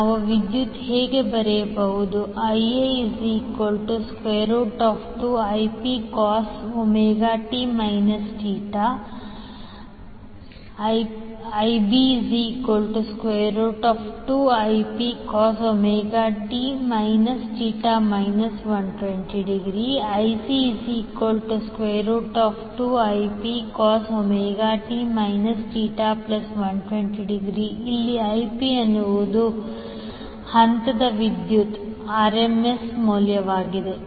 ನಾವು ವಿದ್ಯುತ್ ಹೀಗೆ ಬರೆಯಬಹುದು ia2Ip t θ ib2Ip ω t θ 120° ic2Ip ω t θ120° ಇಲ್ಲಿ Ip ಎನ್ನುವುದು ಹಂತದ ವಿದ್ಯುತ್ rms ಮೌಲ್ಯವಾಗಿದೆ